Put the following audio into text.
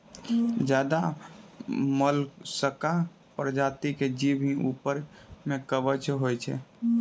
ज्यादे मोलसका परजाती के जीव के ऊपर में कवच होय छै